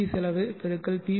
we செலவு x B